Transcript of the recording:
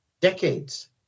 decades